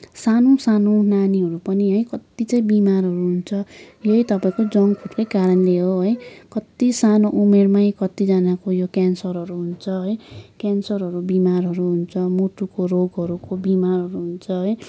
सानो सानो नानीहरू पनि है कति चाहिँ बिमारहरू हुन्छ यही तपाईँको जङ्क फुडकै कारणले हो है कति सानो उमेरमै कतिजनाको यो क्यान्सरहरू हुन्छ है क्यान्सरहरू बिमारहरू हुन्छ मुटुको रोगहरूको बिमारहरू हुन्छ है